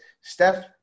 Steph